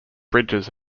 bridges